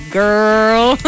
girl